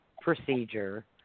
procedure